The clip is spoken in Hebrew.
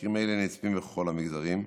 מקרים אלה נצפים בכל המגזרים,